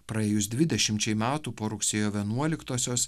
praėjus dvidešimčiai metų po rugsėjo vienuoliktosios